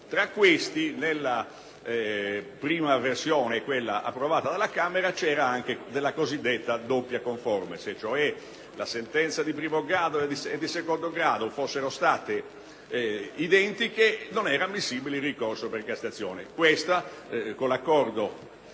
Tra questi, nella prima versione approvata dalla Camera, c'era la cosiddetta doppia conforme: se la sentenza di primo e secondo grado fossero state identiche, non era ammissibile il ricorso per Cassazione.